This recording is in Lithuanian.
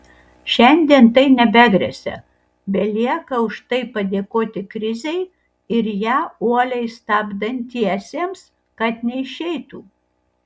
šiandien tai nebegresia belieka už tai padėkoti krizei ir ją uoliai stabdantiesiems kad neišeitų